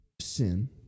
sin